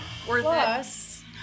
plus